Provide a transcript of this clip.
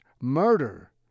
murder